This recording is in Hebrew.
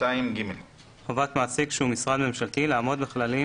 סעיף 2ג. חובת מעסיק שהוא משרד ממשלתי לעמוד בכללים